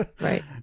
right